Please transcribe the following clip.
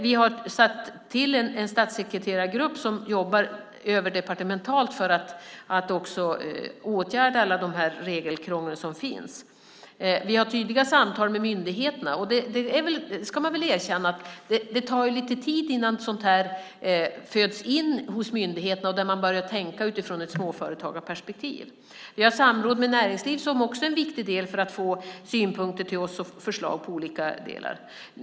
Vi har satt till en statssekreterargrupp som jobbar överdepartementalt för att åtgärda det regelkrångel som finns. Vi har tydliga samtal med myndigheterna. Man ska väl erkänna att det tar lite tid innan sådant här föds in hos myndigheterna och man börjar tänka ur ett småföretagarperspektiv. Vi har samråd med näringslivet, som också är en viktig del för att få synpunkter och förslag till oss.